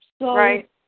Right